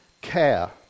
Care